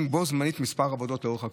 מבצעים בו-זמנית כמה עבודות לאורך הכביש.